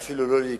ואפילו לא לי,